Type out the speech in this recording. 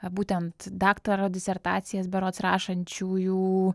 būtent daktaro disertacijas berods rašančiųjų